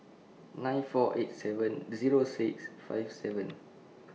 nine four eight seven Zero six five seven